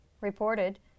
reported